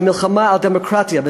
והמלחמה על דמוקרטיה,